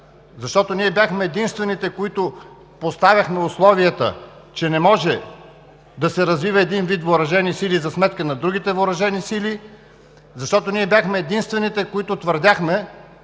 защото ние бяхме единствените, които поставяхме условията, че не може да се развива един вид въоръжени сили, за сметка на другите въоръжени сили, защото ние бяхме единствените, които твърдяхме,